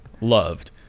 loved